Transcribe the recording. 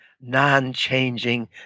non-changing